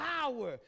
power